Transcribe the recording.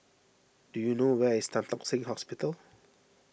do you know where is Tan Tock Seng Hospital